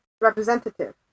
representative